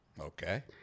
okay